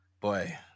boy